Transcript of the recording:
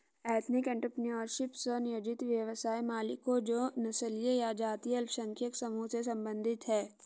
ethnic entrepreneurship, स्व नियोजित व्यवसाय मालिकों जो नस्लीय या जातीय अल्पसंख्यक समूहों से संबंधित हैं